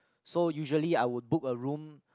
so usually I would book a room